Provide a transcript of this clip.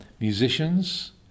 musicians